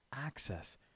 access